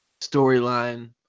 storyline